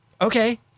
Okay